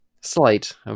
slight